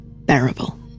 bearable